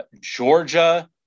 Georgia